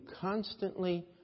constantly